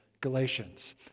Galatians